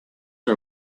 are